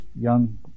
young